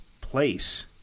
place